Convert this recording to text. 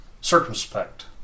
circumspect